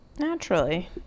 Naturally